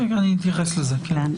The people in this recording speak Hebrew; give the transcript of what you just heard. אתייחס לזה בהמשך.